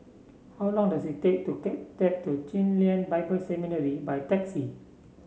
how long does it take to get to Chen Lien Bible Seminary by taxi